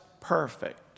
perfect